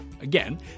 Again